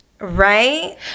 right